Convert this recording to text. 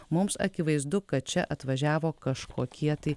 mums akivaizdu kad čia atvažiavo kažkokie tai